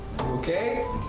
Okay